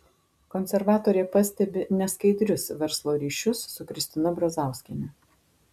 konservatorė pastebi neskaidrius verslo ryšius su kristina brazauskiene